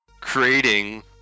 Creating